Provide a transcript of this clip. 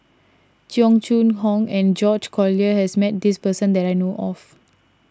Cheong Choong Kong and George Collyer has met this person that I know of